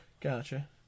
Gotcha